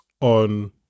on